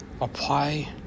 apply